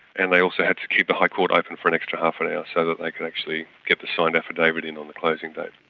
and they also had to keep the high court open for an extra half an hour so that they like could actually get the signed affidavit in on the closing date.